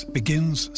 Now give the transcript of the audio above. begins